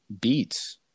beats